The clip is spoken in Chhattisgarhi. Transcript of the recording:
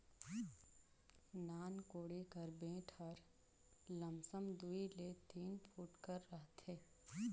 नान कोड़ी कर बेठ हर लमसम दूई ले तीन फुट कर रहथे